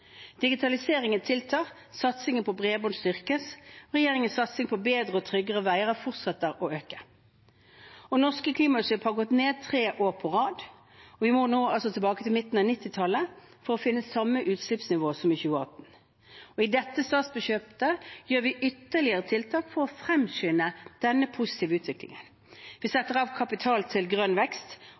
Digitaliseringen tiltar, satsingen på bredbånd styrkes, regjeringens satsing på bedre og tryggere veier fortsetter å øke. Og norske klimautslipp har gått ned tre år på rad, vi må nå tilbake til midten av 1990-tallet for å finne samme utslippsnivå som i 2018. I dette statsbudsjettet gjør vi ytterligere tiltak for å fremskynde denne positive utviklingen. Vi setter av kapital til grønn vekst,